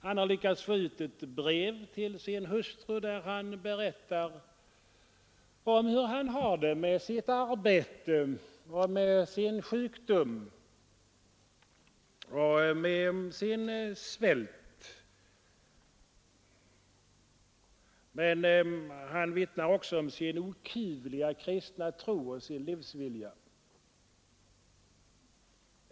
Han har lyckats få ut ett brev till sin hustru, där han berättar om hur han har det med sitt arbete, med sin sjukdom och med sin svält. Men brevet vittnar också om hans okuvliga kristna tro och om hans livsvilja.